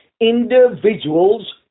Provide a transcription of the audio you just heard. individuals